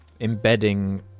Embedding